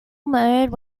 mode